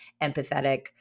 empathetic